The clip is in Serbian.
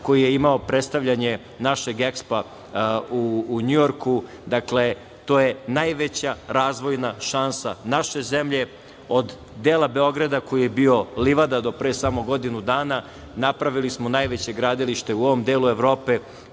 koji ej imao predstavljanje našeg EKSPO-a u Njujorku. To je najveća razvojna šansa naše zemlje od dela Beograda koji je bio livada do pre samo godinu dana napravili smo najveće gradilište u ovom delu Evrope.